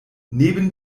neben